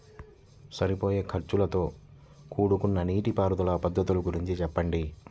సరిపోయే ఖర్చుతో కూడుకున్న నీటిపారుదల పద్ధతుల గురించి చెప్పండి?